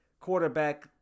quarterback